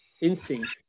instinct